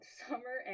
summer